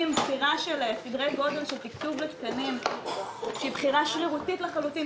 בחירת סדרי גודל של תקצוב תקנים שהיא בחירה שרירותית לחלוטין,